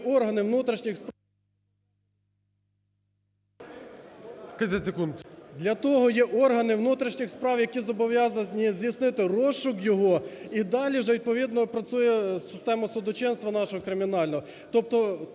органи внутрішніх справ… ГОЛОВУЮЧИЙ. 30 секунд. ПАСТУХ Т.Т. Для того є органи внутрішніх справ, які зобов'язані здійснити розшук його. І далі вже відповідно працює система судочинства нашого кримінального. Тобто